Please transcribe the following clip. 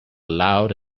loud